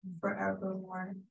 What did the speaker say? forevermore